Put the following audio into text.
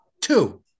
two